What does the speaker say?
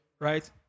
right